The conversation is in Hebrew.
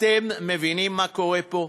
אתם מבינים מה קורה פה?